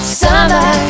summer